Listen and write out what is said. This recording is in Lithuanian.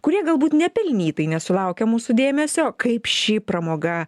kurie galbūt nepelnytai nesulaukia mūsų dėmesio kaip ši pramoga